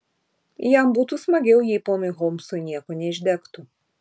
jam būtų smagiau jei ponui holmsui nieko neišdegtų